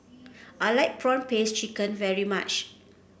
I like prawn paste chicken very much